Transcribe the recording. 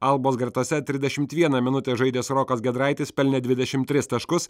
albos gretose trisdešimt vieną minutę žaidęs rokas giedraitis pelnė dvidešimt tris taškus